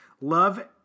love